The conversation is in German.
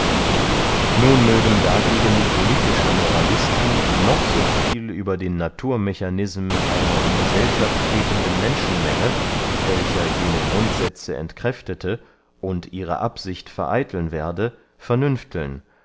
nun mögen dagegen politische moralisten noch so viel über den naturmechanism einer in gesellschaft tretenden menschenmenge welcher jene grundsätze entkräftete und ihre absicht vereiteln werde vernünfteln